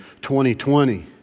2020